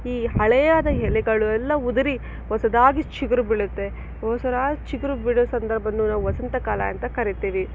ಈ ಹಳೆಯಾದ ಎಲೆಗಳು ಎಲ್ಲ ಉದುರಿ ಹೊಸದಾಗಿ ಚಿಗುರು ಬೀಳುತ್ತೆ ಹೊಸರಾ ಚಿಗುರು ಬಿಡೋ ಸಂದರ್ಭವನ್ನು ನಾವು ವಸಂತಕಾಲ ಅಂತ ಕರಿತೀವಿ